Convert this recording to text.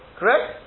Correct